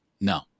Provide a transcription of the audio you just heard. no